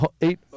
eight